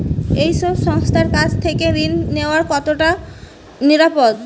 এই সব সংস্থার কাছ থেকে ঋণ নেওয়া কতটা নিরাপদ?